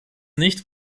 nicht